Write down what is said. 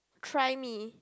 try me